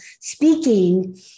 speaking